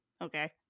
Okay